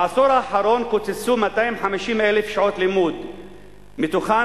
בעשור האחרון קוצצו 250,000 שעות לימוד ומתוכן